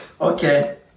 Okay